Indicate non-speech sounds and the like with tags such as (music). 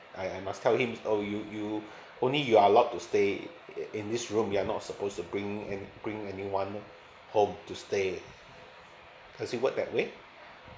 I I must tell him oh you you (breath) only you're allowed to stay in this room you are not supposed to bring any bring anyone home to stay does it work that way